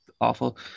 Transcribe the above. awful